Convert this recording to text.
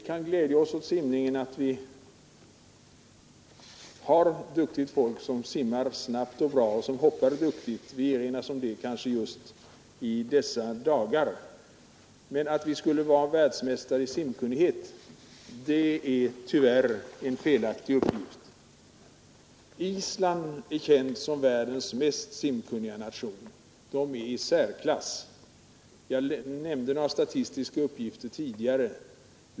Vi kan glädja oss åt att vi har duktigt folk som simmar snabbt och bra och hoppar duktigt — vi erinras om det just i dessa dagar — men det är tyvärr en felaktig uppgift att vi skulle vara världsmästare i simkunnighet. Island är känt som världens mest simkunniga nation och ligger i särklass. Jag lämnade tidigare några statistiska uppgifter.